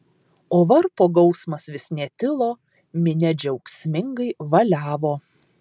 o varpo gausmas vis netilo minia džiaugsmingai valiavo